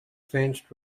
fenced